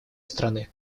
страны